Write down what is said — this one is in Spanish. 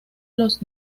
los